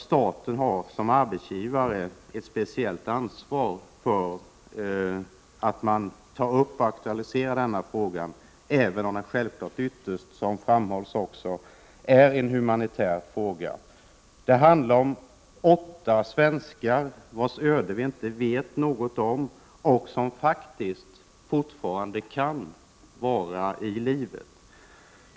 Staten har som arbetsgivare speciellt ansvar för att ta upp och aktualisera frågan, även om det självfallet ytterst, som också framhålls, är en humanitär fråga. Det handlar om åtta svenskar vars öde vi inte vet någonting om och som faktiskt fortfarande kan vara i livet.